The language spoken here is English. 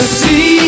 see